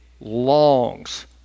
longs